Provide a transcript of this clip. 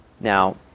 Now